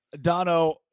Dono